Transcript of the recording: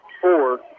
four